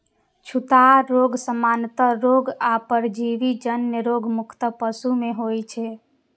छूतहा रोग, सामान्य रोग आ परजीवी जन्य रोग मुख्यतः पशु मे होइ छै